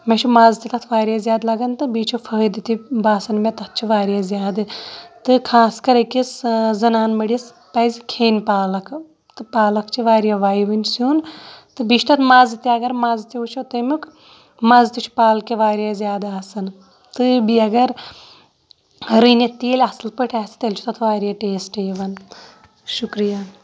مےٚ چھُ مَزٕ تہِ تَتھ واریاہ زیادٕ لَگان تہٕ بیٚیہِ چھُ فٲیدٕ تہِ باسان مےٚ تَتھ چھِ واریاہ زیادٕ تہٕ خاص کَر أکِس زنان مٔنٛڈِس پَزِ کھیٚنۍ پالک تہٕ پالک چھِ واریاہ وَیوٕنۍ سیُن تہٕ بیٚیہِ چھُ تَتھ مَزٕ تہِ اگر مَزٕ تہِ وٕچھو تَمیُک مَزٕ تہِ چھُ پالکہِ واریاہ زیادٕ آسان تہٕ بیٚیہِ اگر رٔنِتھ تہِ ییٚلہِ اَصٕل پٲٹھۍ آسہِ تیٚلہِ چھُ تَتھ واریاہ ٹیسٹ یِوان شُکریہ